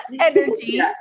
energy